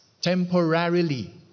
temporarily